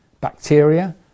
bacteria